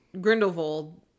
grindelwald